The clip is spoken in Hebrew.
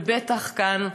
ובטח כאן,